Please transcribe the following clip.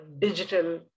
digital